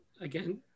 again